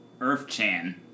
Earth-Chan